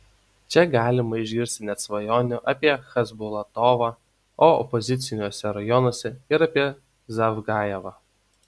čia galima išgirsti net svajonių apie chasbulatovą o opoziciniuose rajonuose ir apie zavgajevą